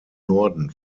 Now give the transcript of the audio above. norden